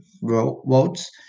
votes